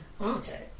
Okay